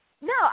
No